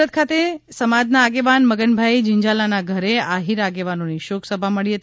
સુરત ખાતે સમાજના આગેવાન મગનભાઈ જીંજાલાના ઘરે આફીર આગેવાનોની શોકસભા મળી હતી